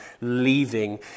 leaving